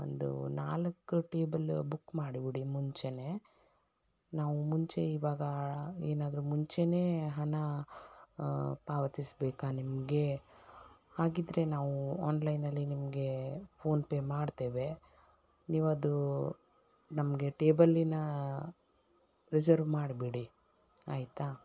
ಒಂದು ನಾಲ್ಕು table book ಮಾಡಿಬಿಡಿ ಮುಂಚೆಯೇ ನಾವು ಮುಂಚೆ ಇವಾಗ ಏನಾದರೂ ಮುಂಚೆಯೇ ಹಣ ಪಾವತಿಸಬೇಕಾ ನಿಮಗೆ ಹಾಗಿದ್ದರೆ ನಾವು ಆನ್ಲೈನಲ್ಲಿ ನಿಮಗೆ ಫೋನ್ಪೆ ಮಾಡ್ತೇವೆ ನೀವು ಅದು ನಮಗೆ ಟೇಬಲನ್ನ ರಿಸರ್ವ್ ಮಾಡಿಬಿಡಿ ಆಯಿತಾ